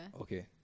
Okay